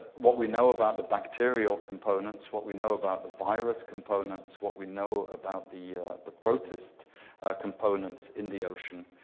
what we know about the bacterial components, what we know about the virus components, what we know about the the protist components in the ocean,